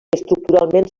estructuralment